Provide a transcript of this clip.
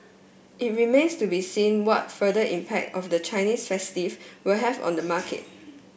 it remains to be seen what further impact of the Chinese will have on the market